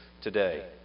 today